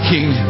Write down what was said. King